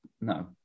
No